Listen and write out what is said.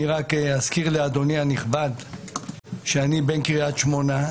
אני רק אזכיר לאדוני הנכבד שאני בן קריית שמונה,